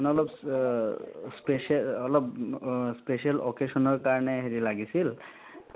ন অলপ স্পেচিয়েল অলপ স্পেচিয়েল অ'কেজনৰ কাৰণে হেৰি লাগিছিল